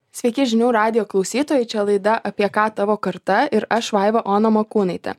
sveiki žinių radijo klausytojai čia laida apie ką tavo karta ir aš vaiva ona makūnaitė